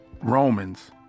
Romans